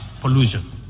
pollution